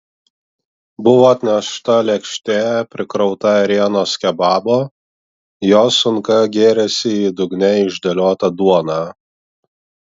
buvo atnešta lėkštė prikrauta ėrienos kebabo jo sunka gėrėsi į dugne išdėliotą duoną